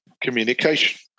communication